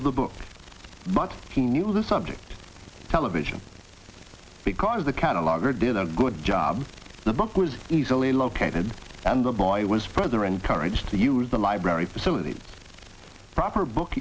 of the book but he knew the subject to television because the catalogue or did a good job the book was easily located and the boy was further encouraged to use the library facilities proper book